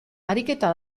ariketa